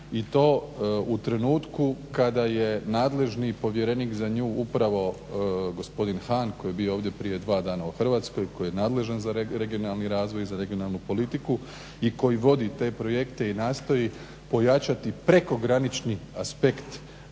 i to u trenutku kada je nadležni povjerenik za nju upravo gospodin Hahn koji je bio ovdje prije dva dana u Hrvatskoj, koji je nadležan za regionalni razvoj i za regionalnu politiku i koji vodi te projekte i nastoji pojačati prekogranični aspekt